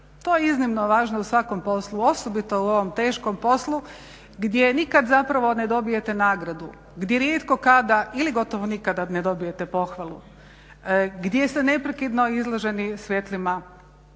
to je iznimno važno u svakom poslu osobito u ovom teškom poslu gdje nikad zapravo ne dobijete nagradu, gdje rijetko kada ili gotovo nikada ne dobijete pohvalu, gdje ste neprekidno izloženi svjetlima,